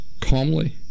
calmly